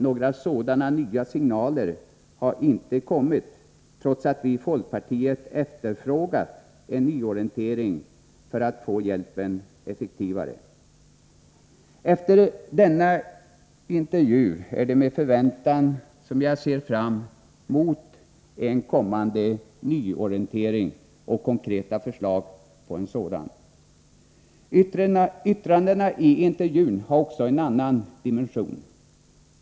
Några sådana har inte kommit, trots att vi i folkpartiet har efterfrågat en nyorientering för att göra hjälpen effektivare. Efter denna intervju är det med förväntan som jag ser fram mot konkreta förslag till en kommande nyorientering. Yttrandena i intervjun har också en annan dimension.